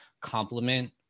complement